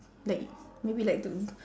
like maybe like to